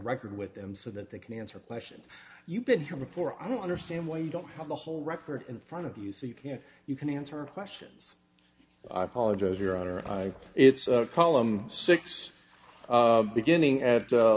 record with them so that they can answer a question you've been here before i don't understand why you don't have the whole record in front of you so you can you can answer questions i apologize your honor i it's a column six beginning at